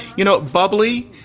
you know, bubley.